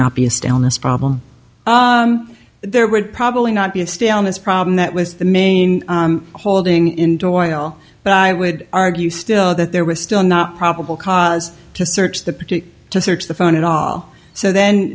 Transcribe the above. not be a stone this problem there would probably not be a stay on this problem that was the main holding into a while but i would argue still that there was still not probable cause to search the party to search the phone at all so then